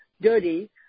dirty